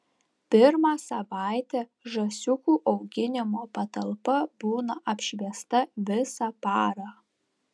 pirmą savaitę žąsiukų auginimo patalpa būna apšviesta visą parą